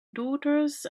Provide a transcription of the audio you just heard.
daughters